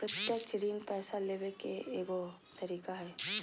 प्रत्यक्ष ऋण पैसा लेबे के एगो तरीका हइ